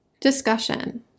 Discussion